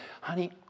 Honey